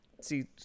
See